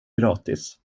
gratis